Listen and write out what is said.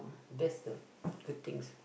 that's the good things